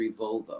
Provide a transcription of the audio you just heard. Volvo